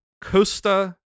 Costa